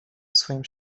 swoim